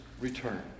return